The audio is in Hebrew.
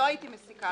לא הייתי מסיקה את זה.